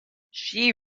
she